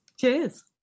Cheers